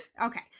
okay